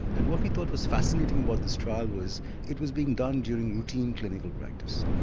and what we thought was fascinating about this trial was it was being done during routine clinical practice.